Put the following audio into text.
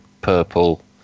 purple